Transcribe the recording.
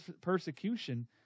persecution